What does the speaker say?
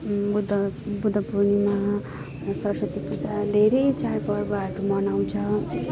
बुद्ध बुद्ध पूर्णिमा सरसती पूजा धेरै चाडपर्वहरू मनाउँछ